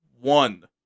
one